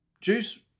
Juice